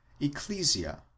Ecclesia